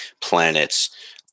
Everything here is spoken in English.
planets